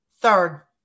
Third